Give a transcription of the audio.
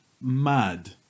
mad